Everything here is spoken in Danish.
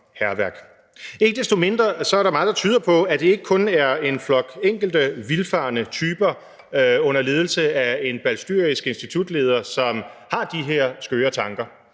Ikke desto mindre er der meget, der tyder på, at det ikke kun er en flok enkelte vildfarne typer under ledelse af en balstyrisk institutleder, som har de her skøre tanker.